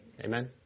Amen